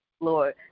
Lord